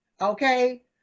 Okay